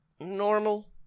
normal